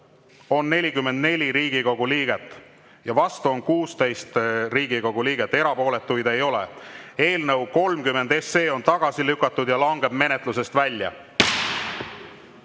on 44 Riigikogu liiget ja vastu on 16 Riigikogu liiget, erapooletuid ei ole. Eelnõu 30 on tagasi lükatud ja langeb menetlusest välja. Jürgen